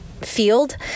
field